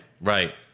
Right